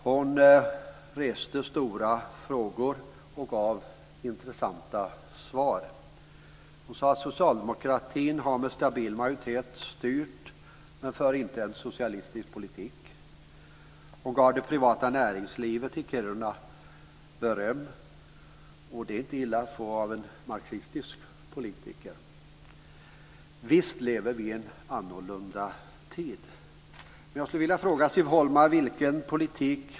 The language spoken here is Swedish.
Hon reste stora frågor och gav intressanta svar. Siv Holma sade att Socialdemokraterna med stabil majoritet har styrt, men inte för en socialistisk politik. Hon gav det privata näringslivet i Kiruna beröm. Det är inte illa att få beröm av en marxistisk politiker. Visst lever vi i en annorlunda tid.